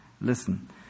Listen